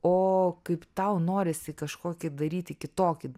o kaip tau norisi kažkokį daryti kitokį